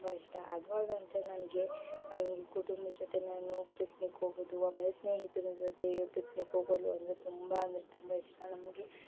ತುಂಬ ಇಷ್ಟ ಅದು ಅಲ್ಲದಂತೆ ನನಗೆ ಕುಟುಂಬದ ಜೊತೆ ನಾನು ಪಿಕ್ನಿಕ್ ಹೋಗೋದು ಆಮೇಲೆ ಸ್ನೇಹಿತ್ರ ಜೊತೆಗೆ ಪಿಕ್ನಿಕ್ ಹೋಗೋದು ಅಂದರೆ ತುಂಬ ಅಂದರೆ ತುಂಬ ಇಷ್ಟ ನಮಗೆ